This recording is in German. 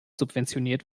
subventioniert